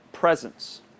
Presence